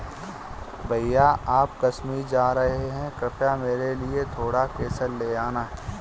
भैया आप कश्मीर जा रहे हैं कृपया मेरे लिए थोड़ा केसर ले आना